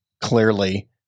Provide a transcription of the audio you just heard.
clearly